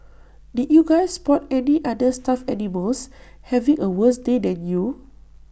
did you guys spot any other stuffed animals having A worse day than you